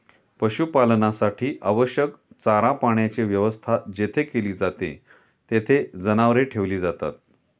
पशुपालनासाठी आवश्यक चारा पाण्याची व्यवस्था जेथे केली जाते, तेथे जनावरे ठेवली जातात